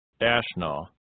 Ashna